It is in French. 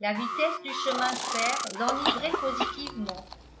la vitesse du chemin de fer l'enivrait positivement